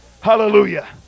hallelujah